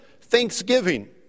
thanksgiving